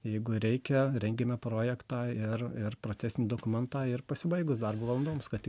jeigu reikia rengiame projektą ir ir procesinį dokumentą ir pasibaigus darbo valandoms kad